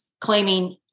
Claiming